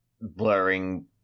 blurring